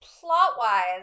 plot-wise